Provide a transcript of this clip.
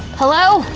hello?